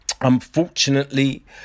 unfortunately